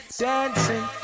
dancing